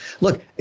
look